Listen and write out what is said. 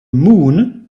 moon